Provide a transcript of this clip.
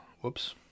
Whoops